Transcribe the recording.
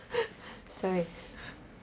sorry